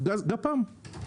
גפ"מ.